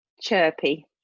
chirpy